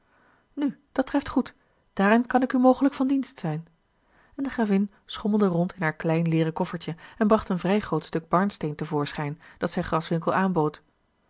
nu dat treft goed daarin kan ik u mogelijk van dienst zijn en de gravin schommelde rond in haar klein leêren koffertje en bracht een vrij groot stuk barnsteen te voorschijn dat zij graswinckel aanbood